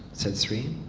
said sri.